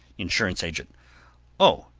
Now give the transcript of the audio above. insurance agent o,